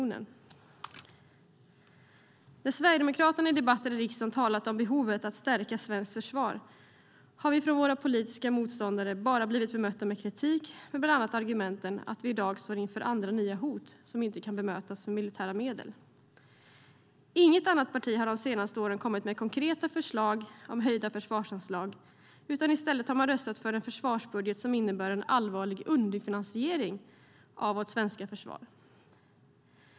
När Sverigedemokraterna i debatter i riksdagen talat om behovet av att stärka svenskt försvar har vi från våra politiska motståndare bara blivit bemötta med kritik med bland annat argumentet att vi i dag står inför andra nya hot som inte kan bemötas med militära medel. Inget annat parti har de senaste åren kommit med konkreta förslag om höjda försvarsanslag, utan i stället har man röstat för en försvarsbudget som innebär en allvarlig underfinansiering av vårt svenska försvar.